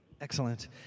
Excellent